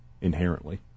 inherently